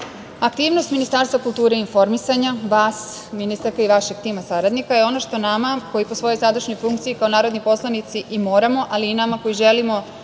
Ministarstva kulture i informisanja, vas ministarka i vašeg tima saradnika je ono što nama koji po svojoj sadašnjoj funkciji kao narodni poslanici i moramo, ali i nama koji želim